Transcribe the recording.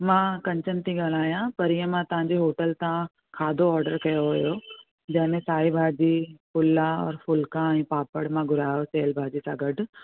हा कंचन ती ॻाल्हायां पर हीअं मां तव्हांजे होटल तां खाधो ऑडर कयो हुओ जंहिंमें साई भाॼी पुलाओ ऐं फुलका ऐं पापड़ मां घुरायो सेअल भाॼी सां गॾु